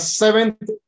seventh